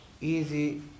easy